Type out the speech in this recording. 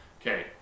okay